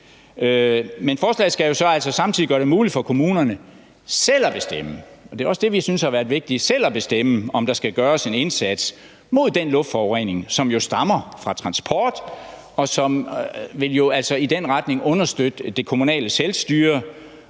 Men forslaget skal samtidig gøre det muligt for kommunerne selv at bestemme, og det er også det, vi synes har været vigtigt, om der skal gøres en indsats mod den luftforurening, som jo stammer fra transport, og som i den retning vil understøtte det kommunale selvstyre.